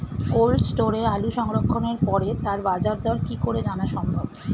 Cold স্টোরে আলু সংরক্ষণের পরে তার বাজারদর কি করে জানা সম্ভব?